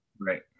Right